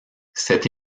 cette